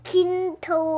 Kinto